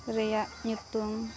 ᱨᱮᱭᱟᱜ ᱧᱩᱛᱩᱢ